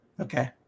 Okay